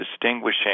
distinguishing